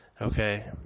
Okay